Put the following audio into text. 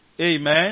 Amen